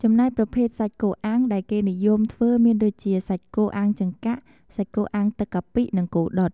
ចំំណែកប្រភេទសាច់គោអាំងដែលគេនិយមធ្វើមានដូចជា សាច់គោអាំងចង្កាក់ សាច់គោអាំងទឹកកាពិ និងគោដុត។